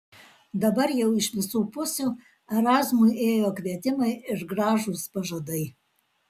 dabar jau iš visų pusių erazmui ėjo kvietimai ir gražūs pažadai